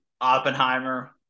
Oppenheimer